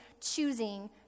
choosing